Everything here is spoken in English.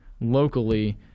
locally